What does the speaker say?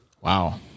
wow